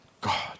God